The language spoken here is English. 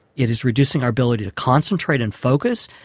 it is reducing our ability to concentrate and focus,